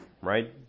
right